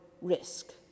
Risk